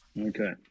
Okay